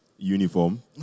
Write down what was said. Uniform